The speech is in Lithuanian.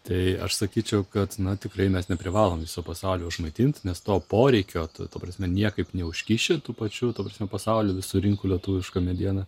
tai aš sakyčiau kad na tikrai mes neprivalom viso pasaulio užmaitint nes to poreikio ta taprasme niekaip neužkiši tų pačių ta prasme pasaulio visų rinkų lietuviška mediena